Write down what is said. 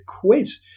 quiz